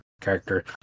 character